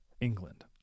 England